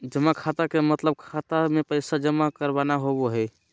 जमा खाता के मतलब खाता मे पैसा जमा करना होवो हय